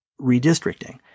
redistricting